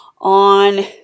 on